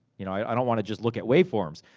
you know, i don't wanna just look at wave forms.